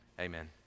amen